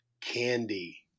Candy